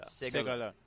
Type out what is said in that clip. Segala